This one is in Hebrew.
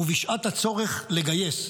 ובשעת הצורך לגייס,